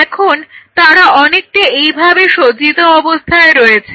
এখন তারা অনেকটা এইভাবে সজ্জিত অবস্থায় রয়েছে